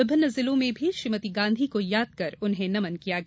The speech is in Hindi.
विभिन्न जिलो में भी श्रीमती गांधी को याद कर उन्हें नमन किया गया